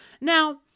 Now